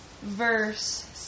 verse